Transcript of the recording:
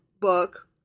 book